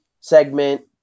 segment